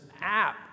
app